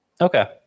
Okay